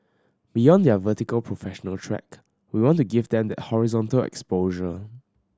beyond their vertical professional track we want to give them that horizontal exposure